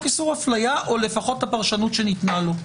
איסור אפליה או את הפרשנות שניתנה לו.